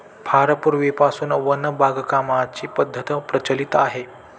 फार पूर्वीपासून वन बागकामाची पद्धत प्रचलित आहे